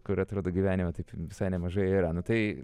kur atrodo gyvenime taip visai nemažai yra nu tai